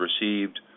received